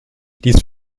dies